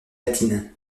latine